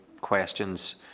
questions